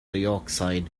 dioxide